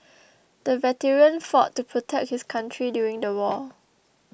the veteran fought to protect his country during the war